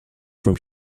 from